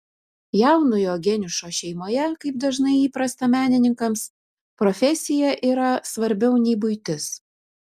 jaunojo geniušo šeimoje kaip dažnai įprasta menininkams profesija yra svarbiau nei buitis